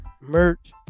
merch